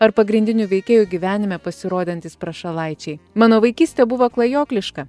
ar pagrindinių veikėjų gyvenime pasirodantys prašalaičiai mano vaikystė buvo klajokliška